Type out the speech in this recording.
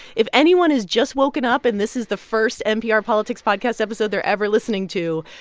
if anyone has just woken up and this is the first npr politics podcast episode they're ever listening to,